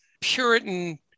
Puritan